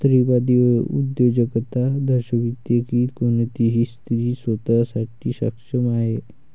स्त्रीवादी उद्योजकता दर्शविते की कोणतीही स्त्री स्वतः साठी सक्षम आहे